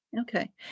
Okay